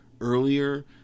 earlier